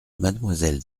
mademoiselle